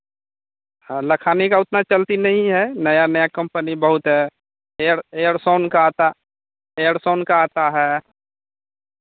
हँ लखानी का उतना चलती नहीं है नया नया कंपनी बहुत है एयर एयरसोन का आता एयरसोन का आता है